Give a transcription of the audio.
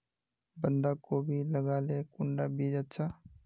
बंधाकोबी लगाले कुंडा बीज अच्छा?